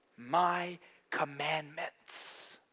my commandments